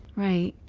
right.